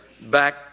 back